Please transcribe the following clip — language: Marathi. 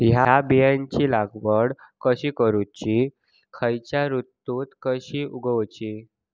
हया बियाची लागवड कशी करूची खैयच्य ऋतुत कशी उगउची?